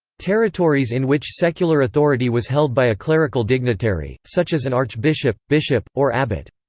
territories in which secular authority was held by a clerical dignitary, such as an archbishop, bishop, or abbot.